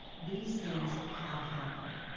these things have happened.